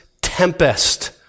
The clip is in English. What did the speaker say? tempest